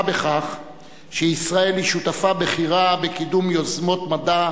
בכך שישראל היא שותפה בכירה בקידום יוזמות מדע,